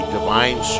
Divine